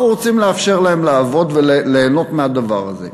אנחנו רוצים לאפשר להם לעבוד וליהנות מהדבר הזה.